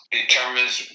determines